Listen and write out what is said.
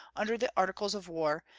under the articles of war,